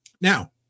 Now